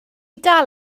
dal